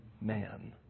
man